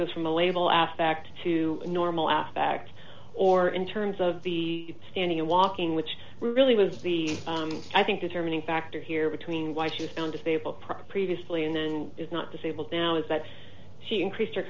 goes from a label aspect to normal aspect or in terms of the standing and walking which really was the i think determining factor here between why she was found if able previously and then is not disabled now is that she increased